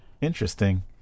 Interesting